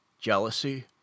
jealousy